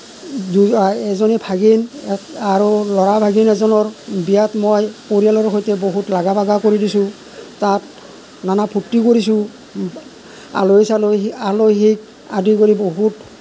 এজনী ভাগিন আৰু ল'ৰা ভাগিন এজনৰ বিয়াত মই পৰিয়ালৰ সৈতে বহুত লাগা ভাগা কৰি দিছোঁ তাত বহুত ফূৰ্তি কৰিছোঁ আলহী চালহীক আদি কৰি বহুত